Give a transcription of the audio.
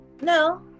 No